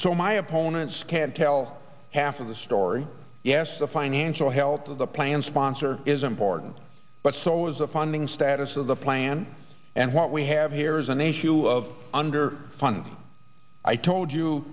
so my opponents can tell half of the story yes the financial health of the plan sponsor is important but so is the funding status of the plan and what we have here is an issue of under funded i told you